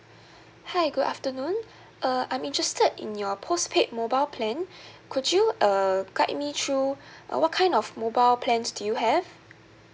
hi good afternoon uh I'm interested in your postpaid mobile plan could you err guide me through uh what kind of mobile plans do you have